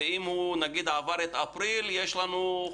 ואם הוא עשה זאת אחרי אפריל יש בעיה.